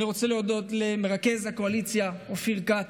אני רוצה להודות למרכז הקואליציה אופיר כץ,